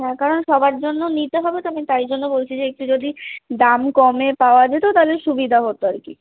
হ্যাঁ কারণ সবার জন্য নিতে হবে তো আমি তাই জন্য বলছি যে একটু যদি দাম কমে পাওয়া যেতো তালে সুবিধা হতো আর কি